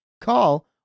Call